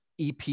EP